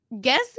guess